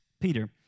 Peter